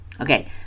okay